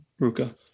Ruka